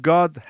God